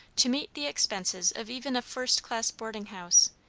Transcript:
to meet the expenses of even a first-class boarding-house,